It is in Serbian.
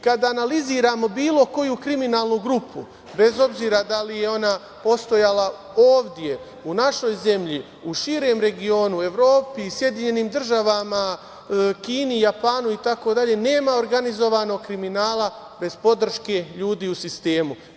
Kada analiziramo bilo koju kriminalnu grupu, bez obzira da li je ona postojala ovde, u našoj zemlji, u širem regionu, Evropi, SAD, Kini, Japanu itd, nema ogrganizovanog kriminalna bez podrške ljudi u sistemu.